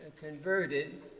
converted